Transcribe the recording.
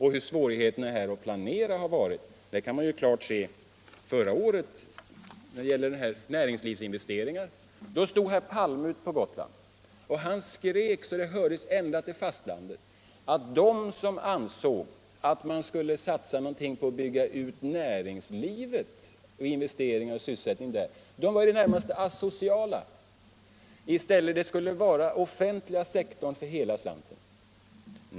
Hur svårt det har varit att planera framgår av hur man har handlagt frågan om näringslivets investeringar. Förra året stod herr Palme på Gotland och skrek så att det hördes ända till fastlandet att de som ansåg att vi borde satsa någonting på att bygga ut näringslivet för att skapa sysselsättning var i det närmaste asociala. I stället skulle det vara den offentliga sektorn för hela slanten.